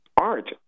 art